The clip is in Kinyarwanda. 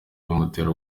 bimutera